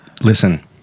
listen